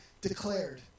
declared